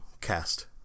cast